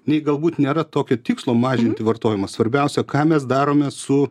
nei galbūt nėra tokio tikslo mažinti vartojimą svarbiausia ką mes darome su